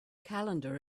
calendar